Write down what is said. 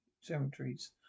cemeteries